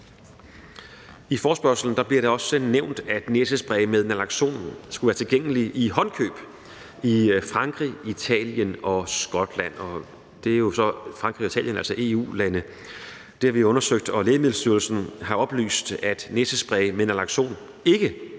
I forespørgselsteksten bliver det også nævnt, at næsespray med naloxon skulle være tilgængelig i håndkøb i Frankrig, Italien og Skotland. Frankrig og Italien er jo altså EU-lande. Det har vi undersøgt, og Lægemiddelstyrelsen har oplyst, at næsespray med naloxon ikke